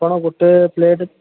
କ'ଣ ଗୋଟେ ପ୍ଲେଟ୍